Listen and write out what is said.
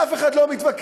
אף אחד לא מתווכח.